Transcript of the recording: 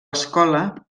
escola